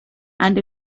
and